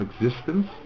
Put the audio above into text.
existence